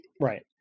right